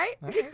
right